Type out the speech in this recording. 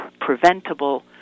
preventable